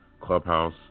clubhouse